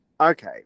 Okay